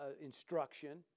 instruction